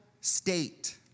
state